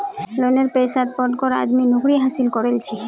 लोनेर पैसात पढ़ कर आज मुई नौकरी हासिल करील छि